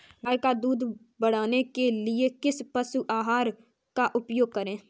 गाय का दूध बढ़ाने के लिए किस पशु आहार का उपयोग करें?